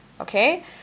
okay